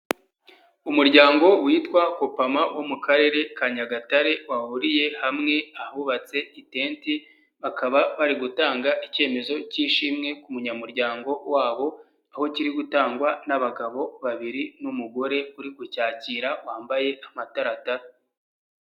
Umuryango witwa Kopama wo mu karere ka Nyagatare wahuriye hamwe ahubatse itenti, bakaba bari gutanga icyemezo k'ishimwe ku munyamuryango wabo, aho kiri gutangwa n'abagabo babiri n'umugore uri kucyakira wambaye amataratara.